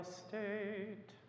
state